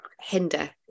hinder